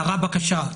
אדוני,